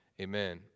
Amen